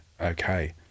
okay